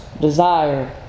desire